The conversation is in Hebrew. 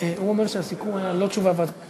חברותי וחברי חברי